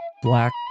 Black